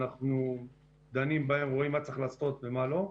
אנחנו דנים בהן ורואים מה צריך לעשות ומה לא.